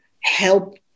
help